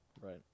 right